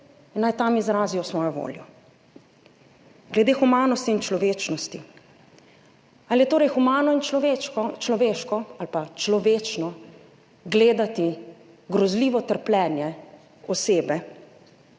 in naj tam izrazijo svojo voljo glede humanosti in človečnosti. Ali je torej humano in človeško ali pa človečno gledati grozljivo trpljenje osebe,